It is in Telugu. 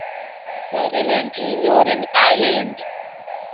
సరే లేండి ఇవి ఒక రెండు కాయలు వేయండి